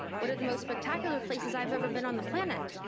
one of the most spectacular places i've ever been on the planet.